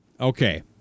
Okay